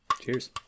Cheers